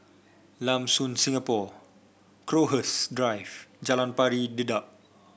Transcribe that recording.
Lam Soon Singapore Crowhurst Drive Jalan Pari Dedap